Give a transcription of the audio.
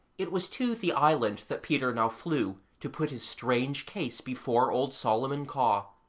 it was to the island that peter now flew to put his strange case before old solomon caw,